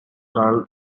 girl